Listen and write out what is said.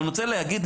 אבל אני רוצה להגיד,